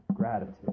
gratitude